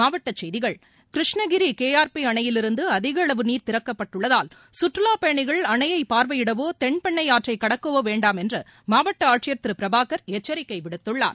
மாவட்ட செய்திகள் கிருஷ்ணகிரி கேஆர்பி அணையிலிருந்து அதிக அளவு நீர் திறக்கப்பட்டுள்ளதால் கற்றுலாப் பயணிகள் அணையை பார்வையிடவோ தென்பெண்னை ஆற்றை கடக்கவோ வேண்டாம் என்று மாவட்ட ஆட்சியர் திரு பிரபாகர் எச்சரிக்கை விடுத்துள்ளார்